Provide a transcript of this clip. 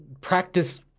practice